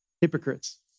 hypocrites